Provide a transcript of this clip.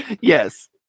yes